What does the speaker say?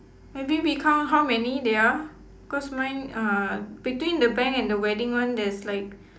maybe we count how many there are cause mine uh between the bank and the wedding one there's like